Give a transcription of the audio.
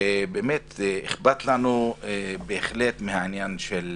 אכפת לנו בהחלט מהעניין של